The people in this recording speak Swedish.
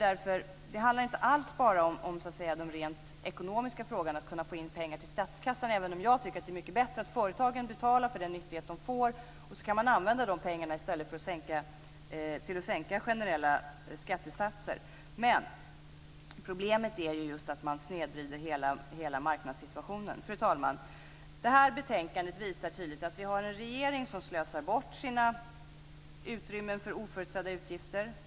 Det handlar inte alls bara om den rent ekonomiska frågan, att kunna få in pengar till statskassan, även om jag tycker att det är mycket bättre att företagen betalar för den nyttighet de får och man kan använda pengarna till att i stället sänka generella skattesatser. Men problemet är just att man snedvrider hela marknadssituationen. Fru talman! Det här betänkandet visar tydligt att vi har en regering som slösar bort sina utrymmen för oförutsedda utgifter.